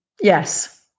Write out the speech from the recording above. Yes